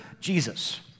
Jesus